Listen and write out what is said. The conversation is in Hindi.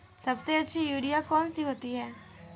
सबसे अच्छी यूरिया कौन सी होती है?